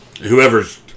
whoever's